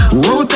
whoa